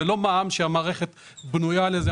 זה לא מע"מ שהמערכת בנויה לזה.